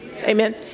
Amen